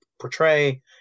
portray